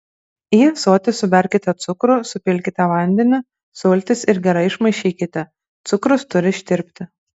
į ąsotį suberkite cukrų supilkite vandenį sultis ir gerai išmaišykite cukrus turi ištirpti